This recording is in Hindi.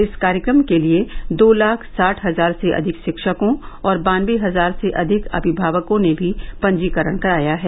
इस कार्यक्रम के लिए दो लाख साठ हजार से अधिक शिक्षकों और बान्नवे हजार से अधिक अभिभावकों ने भी पंजीकरण कराया है